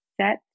set